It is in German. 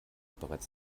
bereits